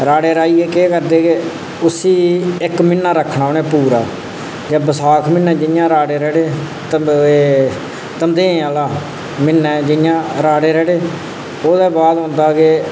राह्ड़े राहियै केह् करदे कि उसी इक म्हीना रक्खना उ'नें पूरा ते बसाख म्हीनै जि'यां राह्ड़े रढ़े मतलब एह् धमदेआं आह्ला म्हीना जियां राह्ड़े रढ़े ओह्दे बाद होंदा कि